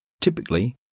typically